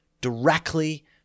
directly